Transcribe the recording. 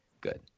Good